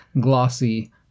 glossy